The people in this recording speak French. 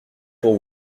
pour